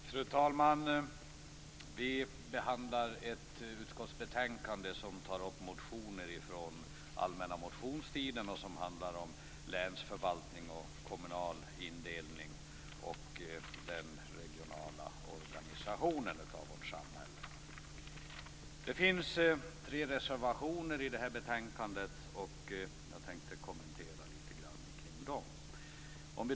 Fru talman! Vi debatterar nu ett utskottsbetänkande som behandlar motioner från allmänna motionstiden om länsförvaltning, kommunal indelning och den regionala organisationen av vårt samhälle. Vid betänkandet finns tre reservationer, som jag något skall kommentera.